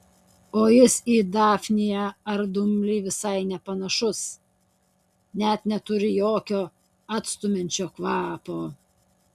o jis į dafniją ar dumblį visai nepanašus net neturi jokio atstumiančio kvapo